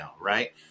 right